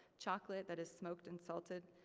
chocolate that is smoked and salted.